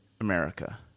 America